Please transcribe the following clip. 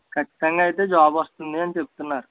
ఖచ్చితంగా అయితే జాబ్ వస్తుంది అని చెప్తున్నారు